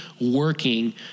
working